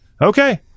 okay